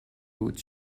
بود